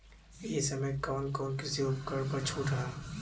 ए समय कवन कवन कृषि उपकरण पर छूट ह?